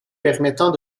permettant